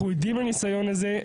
אנחנו עדים לניסיון הזה,